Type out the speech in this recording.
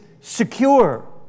secure